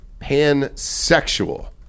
pansexual